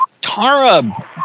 Tara